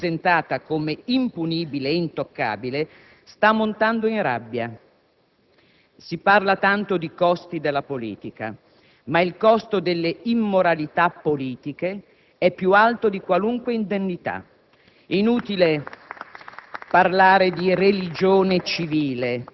e il cui nervosismo di fronte a una casta presentata come impunibile e intoccabile sta montando in rabbia. Si parla tanto di costi della politica. Ma il costo delle immoralità politiche è più alto di qualunque indennità. *(Applausi